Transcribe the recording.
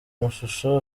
amashusho